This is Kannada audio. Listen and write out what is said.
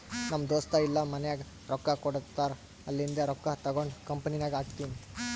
ನಮ್ ದೋಸ್ತ ಇಲ್ಲಾ ಮನ್ಯಾಗ್ ರೊಕ್ಕಾ ಕೊಡ್ತಾರ್ ಅಲ್ಲಿಂದೆ ರೊಕ್ಕಾ ತಗೊಂಡ್ ಕಂಪನಿನಾಗ್ ಹಾಕ್ತೀನಿ